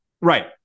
Right